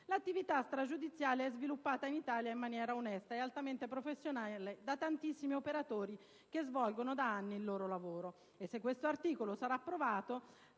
L'attività stragiudiziale è sviluppata in Italia in maniera onesta e altamente professionale da tantissimi operatori che svolgono da anni il loro lavoro. Se questo articolo sarà approvato,